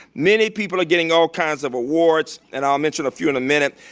many people are getting all kinds of awards, and i'll mention a few in a minute.